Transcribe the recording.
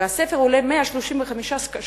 והספר עולה 135 שקלים,